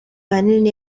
ahanini